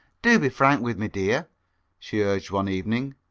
do be frank with me, dear she urged one evening.